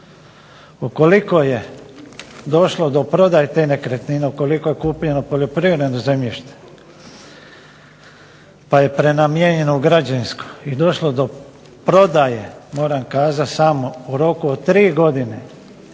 Ukoliko je došlo do prodaje te nekretnine, ukoliko je kupljeno poljoprivredno zemljište pa je prenamijenjeno u građevinsko i došlo je do prodaje moram kazat u roku od tri godine,